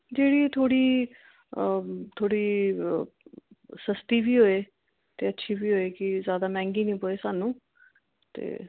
जेह्ड़ी थोह्ड़ी आं थोह्ड़ी सस्ती बी होए ते अच्छी बी होए कि ज्यादा मैंह्गी नी पोए सानू ते